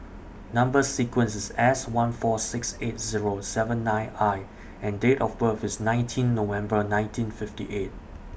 Number sequence IS S one four six eight Zero seven nine I and Date of birth IS nineteen November nineteen fifty eight